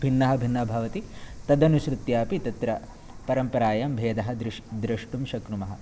भिन्ना भिन्ना भवति तदनुसृत्य अपि तत्र परम्परायां भेदं दृस् द्रष्टुं शक्नुमः